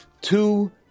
Two